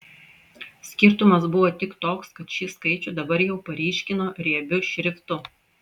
skirtumas buvo tik toks kad šį skaičių dabar jau paryškino riebiu šriftu